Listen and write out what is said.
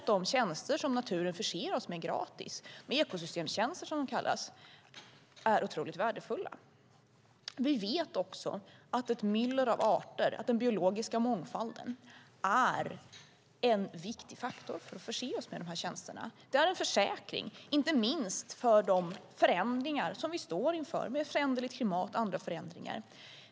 De tjänster som naturen förser oss med gratis, ekosystemstjänster som de kallas, är otroligt värdefulla. Vi vet också att ett myller av arter, den biologiska mångfalden, är en viktig faktor för att förse oss med de här tjänsterna. Det är en försäkring, inte minst mot de förändringar som vi står inför med föränderligt klimat och andra förändringar.